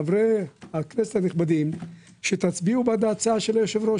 חברי הכנסת הנכבדים, שתצביעו בעד הצעת היושב-ראש.